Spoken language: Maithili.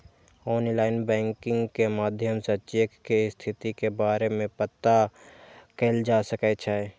आनलाइन बैंकिंग के माध्यम सं चेक के स्थिति के बारे मे पता कैल जा सकै छै